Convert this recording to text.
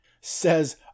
says